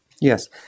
Yes